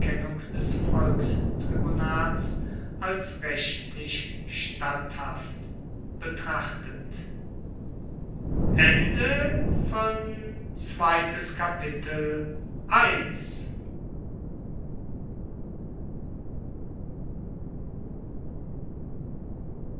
des volkstribunats als rechtlich statthaft betrachtet